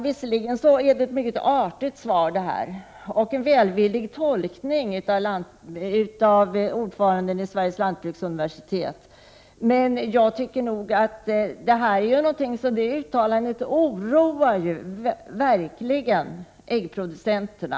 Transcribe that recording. Visserligen är det ett mycket artigt svar, med en välvillig tolkning av uttalandet av styrelseordföranden i Sveriges lantbruksuniversitet, men detta oroar verkligen äggproducenterna.